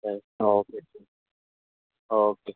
okay ٹھیک ہے okay